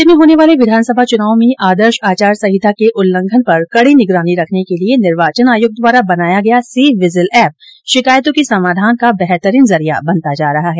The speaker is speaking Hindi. राज्य में होने वाले विधानसभा चुनाव में आदर्श आचार संहिता के उल्लंघन पर कड़ी निगरानी रखने के लिए निर्वाचन आयोग द्वारा बनाया गया सी विजिल एप शिकायतों के समाधान का बेहतरीन जरिया बनता जा रहा है